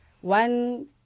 one